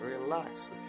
Relax